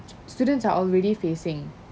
st~ students are already facing